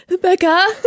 Becca